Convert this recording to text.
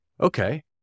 okay